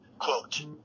quote